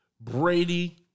Brady